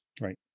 right